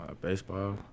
Baseball